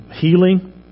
healing